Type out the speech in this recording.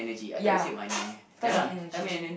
ya time and energy